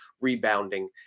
rebounding